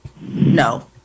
no